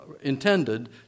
intended